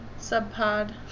Subpod